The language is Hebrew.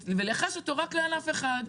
ולייחס אותו רק על ענף אחד.